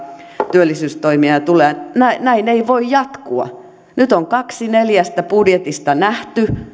työllisyystoimia tulee näin näin ei voi jatkua nyt on kaksi neljästä budjetista nähty